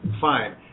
Fine